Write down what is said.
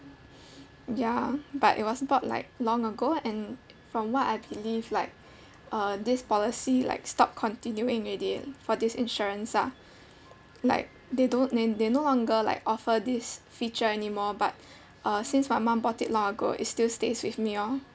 ya but it was bought like long ago and from what I believe like uh this policy like stop continuing already for this insurance lah like they don't they they no longer like offer this feature anymore but uh since my mum bought it long ago it still stays with me lor